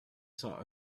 saw